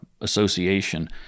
association